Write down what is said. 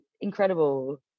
incredible